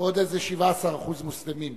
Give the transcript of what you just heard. ועוד איזה 17% מוסלמים,